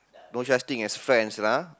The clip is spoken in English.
no such thing as friends lah